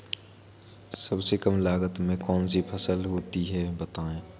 सबसे कम लागत में कौन सी फसल होती है बताएँ?